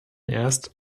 erst